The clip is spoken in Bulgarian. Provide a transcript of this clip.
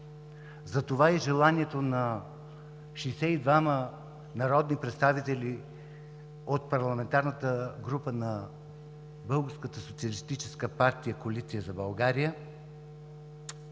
Затова и желанието на 62-ма народни представители от парламентарната група на „Българската